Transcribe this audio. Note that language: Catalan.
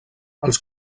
els